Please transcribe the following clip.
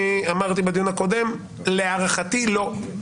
אמרתי בדיון הקודם שלהערכתי לא.